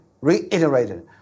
reiterated